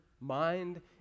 mind